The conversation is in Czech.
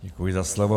Děkuji za slovo.